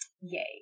Yay